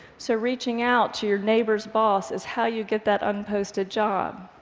so reaching out to your neighbor's boss is how you get that unposted job.